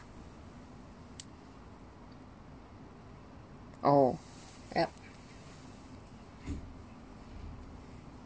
oh